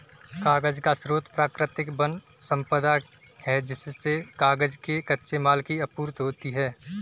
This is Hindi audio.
कागज का स्रोत प्राकृतिक वन सम्पदा है जिससे कागज के कच्चे माल की आपूर्ति होती है